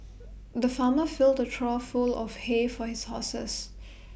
the farmer filled A trough full of hay for his horses